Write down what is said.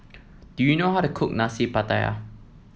do you know how to cook Nasi Pattaya